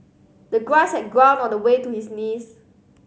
the grass had grown all the way to his knees